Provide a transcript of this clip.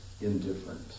indifferent